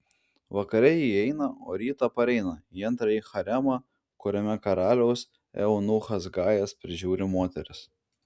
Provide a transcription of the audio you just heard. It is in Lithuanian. vakare ji įeina o rytą pareina į antrąjį haremą kuriame karaliaus eunuchas gajas prižiūri moteris